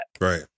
Right